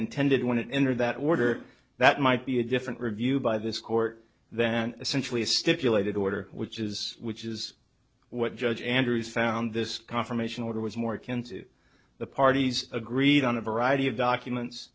intended when it entered that order that might be a different review by this court then essentially stipulated order which is which is what judge andrews found this confirmation order was more akin to the parties agreed on